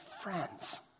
friends